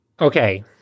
Okay